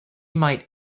might